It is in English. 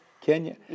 Kenya